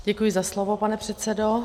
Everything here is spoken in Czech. Děkuji za slovo, pane předsedo.